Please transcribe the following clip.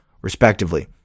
respectively